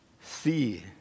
see